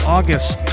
August